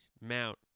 Mount